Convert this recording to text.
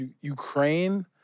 Ukraine